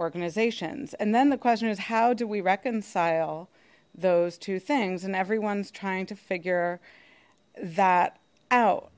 organizations and then the question is how do we reconcile those two things and everyone's trying to figure that out